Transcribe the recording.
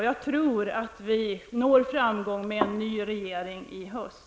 Jag tror att vi når framgång med en ny regering i höst.